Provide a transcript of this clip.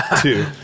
Two